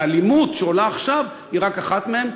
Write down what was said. שהאלימות שעולה עכשיו היא רק אחת מהן,